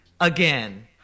again